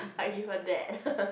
I give her that